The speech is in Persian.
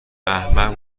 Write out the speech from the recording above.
احمق